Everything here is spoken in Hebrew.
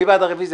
מי בעד הרוויזיה?